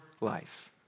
life